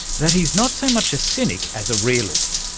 that he's not so much a cynic as a realist,